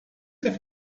have